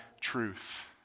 truth